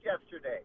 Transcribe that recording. yesterday